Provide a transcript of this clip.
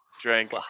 Drank